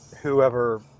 whoever